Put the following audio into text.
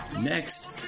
Next